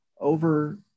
over